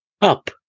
Up